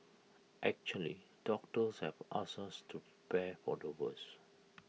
actually doctors have asked us to prepare for the worst